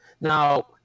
Now